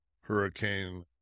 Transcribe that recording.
hurricane